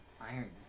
Iron